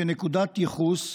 כנקודת ייחוס,